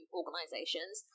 organizations